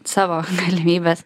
savo galimybes